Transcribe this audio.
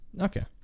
Okay